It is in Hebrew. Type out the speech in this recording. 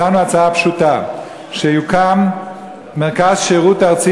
הצעה פשוטה: שיוקם מרכז שירות ארצי